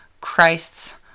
Christ's